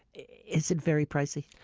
is it very pricey?